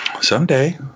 Someday